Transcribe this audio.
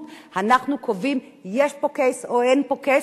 אנחנו קובעים אם יש פה case או אין פה case,